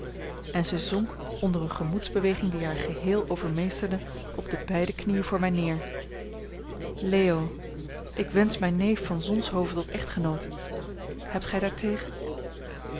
en zij zonk onder eene gemoedsbeweging die haar geheel overmeesterde op de beide knieën voor mij neer leo ik wensch mijn neef van zonshoven tot echtgenoot hebt gij daartegen